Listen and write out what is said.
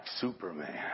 Superman